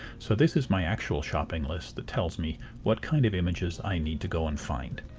so this is my actual shopping list that tells me what kind of images i need to go and find.